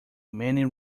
many